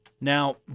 Now